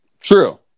True